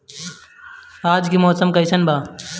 आज के मौसम कइसन बा?